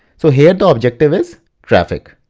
so here the objective is traffic.